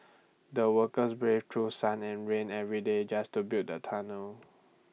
the worker brave through sun and rain every day just to build the tunnel